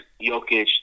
Jokic